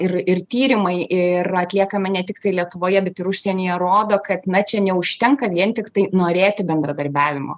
ir ir tyrimai ir atliekame ne tiktai lietuvoje bet ir užsienyje rodo kad na čia neužtenka vien tiktai norėti bendradarbiavimo